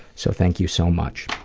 so thank you so much.